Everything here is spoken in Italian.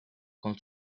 col